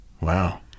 Wow